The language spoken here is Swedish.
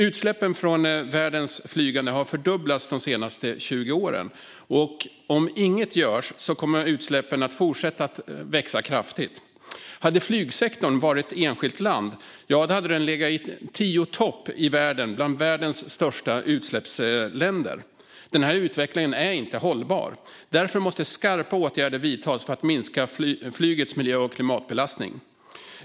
Utsläppen från världens flygande har fördubblats de senaste 20 åren, och om inget görs kommer utsläppen att fortsätta öka kraftigt. Hade flygsektorn varit ett enskilt land hade den legat på tio i topp bland världens värsta utsläpparländer. Den här utvecklingen är inte hållbar. Därför måste skarpa åtgärder vidtas för att minska flygets miljö och klimatbelastning.